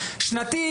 שנתית,